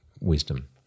wisdom